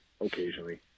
occasionally